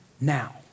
now